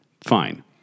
Fine